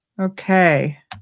okay